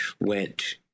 went